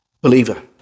believer